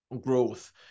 growth